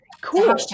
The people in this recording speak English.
Cool